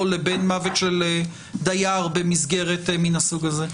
לבין מוות של דייר במסגרת מן הסוג הזה.